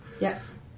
Yes